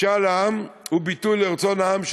משאל העם הוא ביטוי לרצון העם,